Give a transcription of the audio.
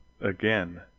Again